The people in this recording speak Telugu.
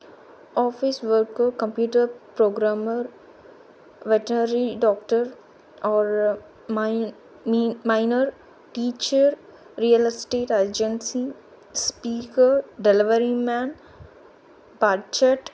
office worker computer programmer veterinary doctor or mine mean miner teacher real estate agency speaker delivery man budget